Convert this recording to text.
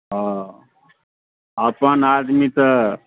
हँ अपन आदमी तऽ